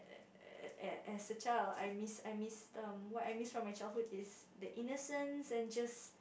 eh as a child I miss I miss um what I miss from my childhood is the innocence and just